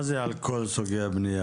מה זה "על כל סוגי הבנייה"?